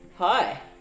Hi